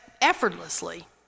effortlessly